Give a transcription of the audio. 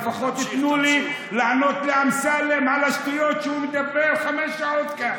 לפחות תנו לי לענות לאמסלם על השטויות שהוא מדבר חמש שעות כאן.